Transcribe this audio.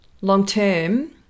long-term